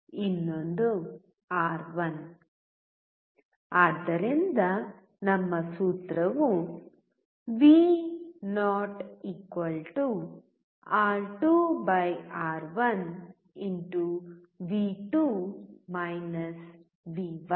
ಆದ್ದರಿಂದ ನಮ್ಮ ಸೂತ್ರವು Vo R2 R1